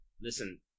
Listen